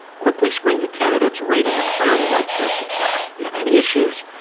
quickly screen the candidates, rate them, and hire the right person fast. if you have any issues,